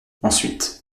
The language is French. ensuite